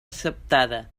acceptada